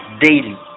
daily